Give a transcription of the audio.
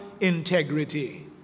integrity